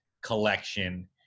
collection